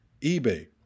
eBay